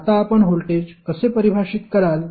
आता आपण व्होल्टेज कसे परिभाषित कराल